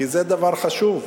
כי זה דבר חשוב.